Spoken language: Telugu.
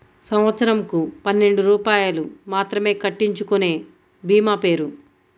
సంవత్సరంకు పన్నెండు రూపాయలు మాత్రమే కట్టించుకొనే భీమా పేరు?